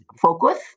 focus